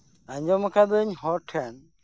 ᱟᱸᱡᱚᱢ ᱟᱠᱟᱫᱟᱹᱧ ᱦᱚᱲᱴᱷᱮᱱ